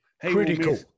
critical